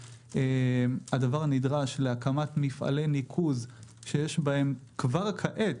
שהדבר נדרש להקמת מפעלי ניקוז שיש בהם כבר כעת